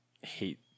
hate